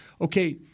okay